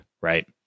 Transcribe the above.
right